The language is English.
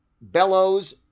Bellows